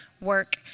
work